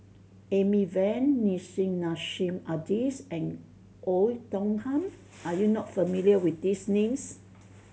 Amy Van Nissim Nassim Adis and Oei Tiong Ham are you not familiar with these names